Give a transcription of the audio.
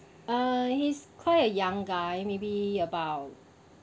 uh he's quite a young guy maybe about